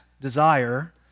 desire